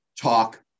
talk